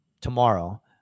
tomorrow